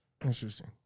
Interesting